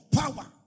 power